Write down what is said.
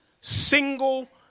single